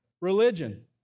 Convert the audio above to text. religion